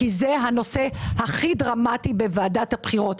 כי זה הנושא הכי דרמטי בוועדת הבחירות.